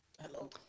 hello